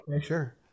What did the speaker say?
sure